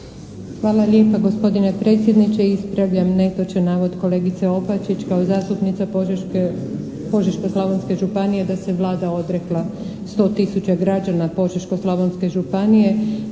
Hvala lijepa, gospodine predsjedniče. Ispravljam netočan navod kolegice Opačića kao zastupnica Požeško-slavonske županije da se Vlada odrekla 100 tisuća građana Požeško-slavonske županije.